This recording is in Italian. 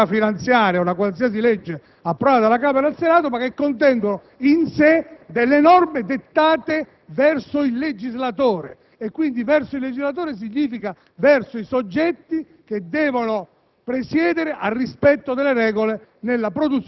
che hanno lo stesso grado delle leggi ordinarie, com'è una legge finanziaria e una qualsiasi legge approvata dalla Camera e dal Senato, ma che contengono in sé delle norme dettate verso il legislatore, ossia verso i soggetti che devono